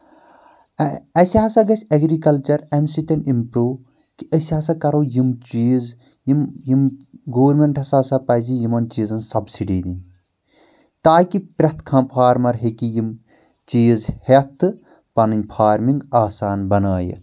اَسہِ ہسا گژھِ اؠگرِکلچر اَمہِ سۭتۍ امپروٗ کہِ أسۍ ہسا کرو یِم چیٖز یِم یِم گورمنٹس ہسا پزِ یِمن چیٖزن سبسڈی دِنۍ تاکہِ پرٛؠتھ کانٛہہ فارمر ہیٚکہِ یِم چیٖز ہیتھ تہٕ پنٕنۍ فارمنٛگ آسان بنٲیِتھ